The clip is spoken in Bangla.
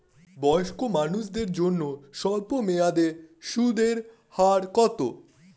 বয়স্ক মানুষদের জন্য স্বল্প মেয়াদে সুদের হার কত?